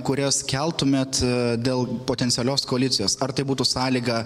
kurias keltumėt dėl potencialios koalicijos ar tai būtų sąlyga